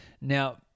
Now